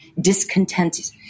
discontent